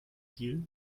krokodil